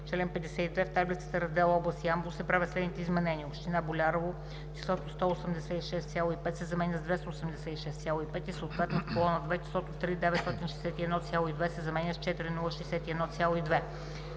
чл. 52, в таблицата, в раздел област Ямбол се правят следните изменения: - община Болярово числото „186,5“ се заменя с „286,5“ и съответно в колона 2 числото „3 961,2“ се заменя с „4 061,2“.“